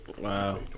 Wow